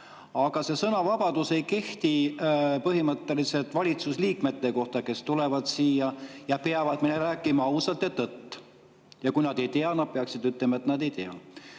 Aga see sõnavabadus ei kehti põhimõtteliselt valitsuse liikmete kohta, kes tulevad siia ja peavad meile rääkima ausalt ja tõtt. Kui nad ei tea, nad peaksid ütlema, et nad ei tea.